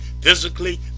physically